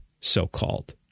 so-called